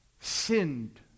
sinned